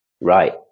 right